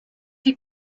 you